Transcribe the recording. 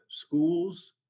schools